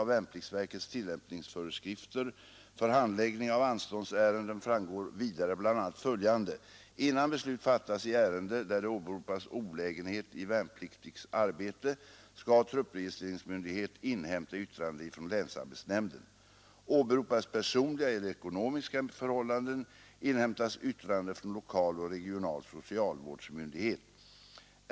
Av värnpliktsverkets tillämpningsföreskrifter för handläggning av anståndsärenden framgår vidare bl.a. följande: Innan beslut fattas i ärende där det åberopas olägenhet i värnpliktigs arbete, skall truppregistreringsmyndighet inhämta yttrande från länsarbetsnämnden. Åberopas personliga eller ekonomiska förhållanden inhämtas yttrande från lokal och regional socialvårdsmyndighet.